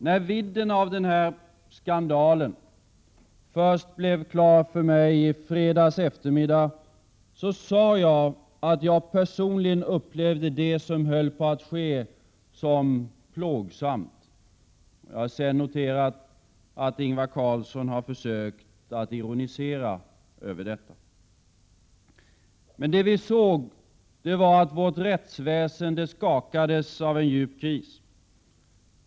När vidden av skandalen först blev klar för mig i fredags eftermiddag, sade jagatt jag personligen upplevde det som höll på att ske som plågsamt. Jag har sedan noterat att Ingvar Carlsson har försökt att ironisera över detta. Det vi såg var att vår rättsväsende skakas av en djup kris.